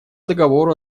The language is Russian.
договору